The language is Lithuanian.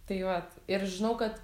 tai vat ir žinau kad